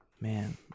man